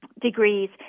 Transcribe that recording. degrees